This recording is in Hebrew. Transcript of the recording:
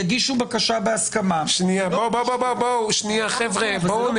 יגישו בקשה בהסכמה --- אבל זה לא קשור לסיטואציה הזאת.